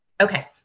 Okay